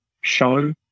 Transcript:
show